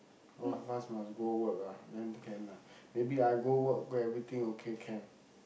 both of us must go work lah then can lah maybe I go work go everything okay can